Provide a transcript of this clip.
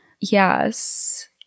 Yes